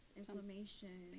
inflammation